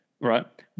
right